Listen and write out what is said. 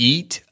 Eat